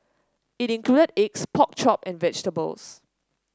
it included eggs pork chop and vegetables